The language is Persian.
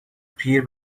پیر